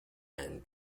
and